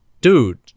dude